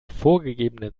vorgegebenen